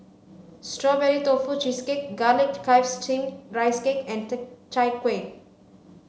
strawberry tofu cheesecake garlic chives steamed rice cake and chai kuih